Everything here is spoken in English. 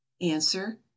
Answer